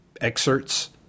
excerpts